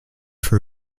for